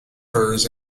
firs